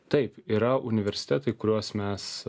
taip yra universitetai kuriuos mes